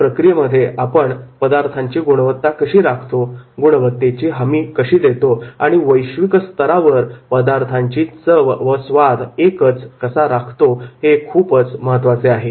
या प्रक्रियेमध्ये आपण पदार्थांची गुणवत्ता कशी राखतो गुणवत्तेची हमी कशी देतो आणि वैश्विक स्तरावर पदार्थाची चव व स्वाद एकच कसा राखतो हे खूप महत्त्वाचे आहे